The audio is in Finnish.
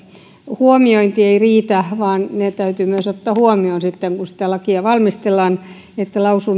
huomiointi ei riitä vaan täytyy myös ottaa huomioon kun sitä lakia valmistellaan että